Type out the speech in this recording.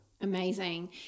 Amazing